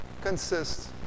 consists